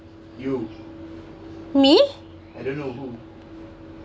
me